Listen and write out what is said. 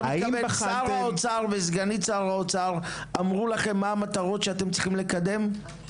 אתה מתכוון - שר האוצר וסגניתו אמרו לכם מה המטרות שאתם צריכים לקדם?